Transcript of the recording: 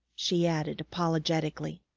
she added apologetically.